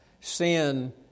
Sin